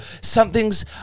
something's